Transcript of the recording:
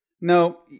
No